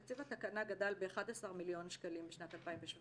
התקציב לתקנה גדל ב-11 מיליון שקלים בשנת 2017,